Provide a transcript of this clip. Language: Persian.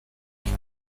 منفی